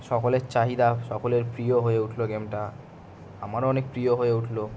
সকলের চাহিদা সকলের প্রিয় হয়ে উঠল গেমটা আমারও অনেক প্রিয় হয়ে উঠল